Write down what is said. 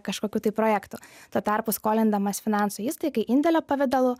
kažkokių tai projektų tuo tarpu skolindamas finansų įstaigai indėlio pavidalu